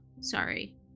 sorry